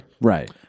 Right